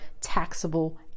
taxable